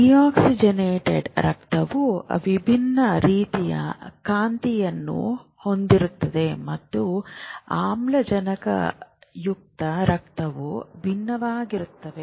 deoxygenated ರಕ್ತವು ವಿಭಿನ್ನ ರೀತಿಯ ಕಾಂತೀಯತೆಯನ್ನು ಹೊಂದಿರುತ್ತದೆ ಮತ್ತು ಆಮ್ಲಜನಕಯುಕ್ತವು ವಿಭಿನ್ನವಾಗಿರುತ್ತದೆ